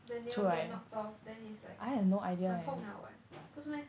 the nail get knocked off then is like 很痛 liao [what] 不是 meh